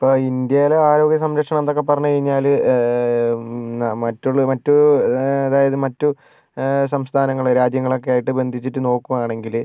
ഇപ്പം ഇന്ത്യയിലെ ആരോഗ്യ സംരക്ഷണം എന്നൊക്കെ പറഞ്ഞ് കഴിഞ്ഞാല് മറ്റുള്ള മറ്റു അതായത് മറ്റു സംസ്ഥാനങ്ങള് രാജ്യങ്ങള് ഒക്കെയായിട്ട് ബന്ധിച്ചിട്ട് നോക്കുകയാണെങ്കില്